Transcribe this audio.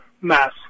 mass